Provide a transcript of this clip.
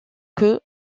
que